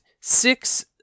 six